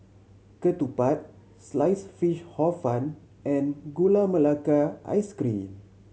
ketupat Sliced Fish Hor Fun and Gula Melaka Ice Cream